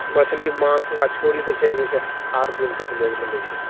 मछली माउस पूरा छोड़ि दै छै आठ दिन तक लोक मानै छै